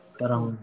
parang